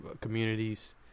communities